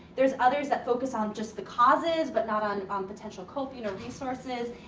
there's others that focus on just the causes but not on um potential coping or resources.